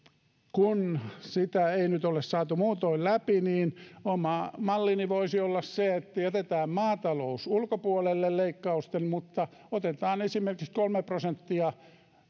kun sitä ei nyt ole saatu muutoin läpi niin oma mallini voisi olla se että jätetään maatalous leikkausten ulkopuolelle mutta otetaan esimerkiksi kolme prosenttia